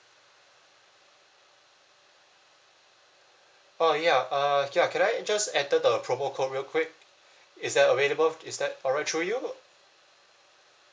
uh ya uh ya could I just enter the promo code real quick is that available is that all through you